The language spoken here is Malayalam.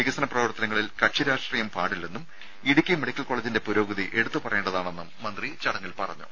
വികസന പ്രവർത്തനങ്ങളിൽ കക്ഷി രാഷ്ട്രീയം പാടില്ലെന്നും ഇടുക്കി മെഡിക്കൽ കോളേജിന്റെ പുരോഗതി എടുത്ത് പറയേണ്ടതാണെന്നും മന്ത്രി ചടങ്ങിൽ പറഞ്ഞു